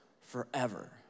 forever